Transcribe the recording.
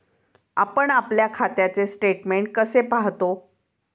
आपण आपल्या खात्याचे स्टेटमेंट कसे पाहतो?